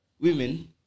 women